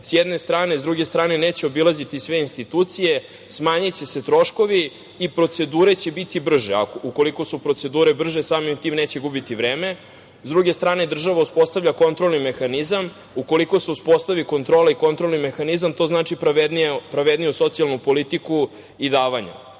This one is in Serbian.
s jedne strane, s druge strane neće obilaziti sve institucije, smanjiće se troškovi i procedure će biti brže, a ukoliko su procedure brže samim tim neće gubiti vreme.S druge strane, država uspostavlja kontrolni mehanizam. Ukoliko se uspostavi kontrola i kontrolni mehanizam to znači pravedniju socijalnu politiku i davanje. Važno